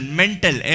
mental